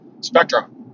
spectrum